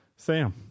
Sam